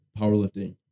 powerlifting